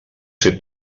ser